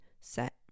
set